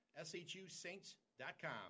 shusaints.com